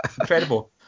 Incredible